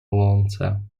łące